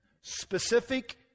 specific